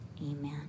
amen